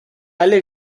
alle